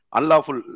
Unlawful